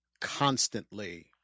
constantly